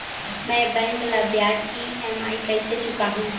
मैं बैंक ला ब्याज ई.एम.आई कइसे चुकाहू?